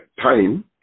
time